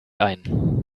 ein